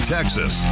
Texas